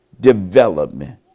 development